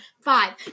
five